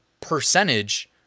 percentage